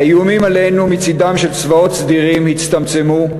האיומים עלינו מצדם של צבאות סדירים הצטמצמו,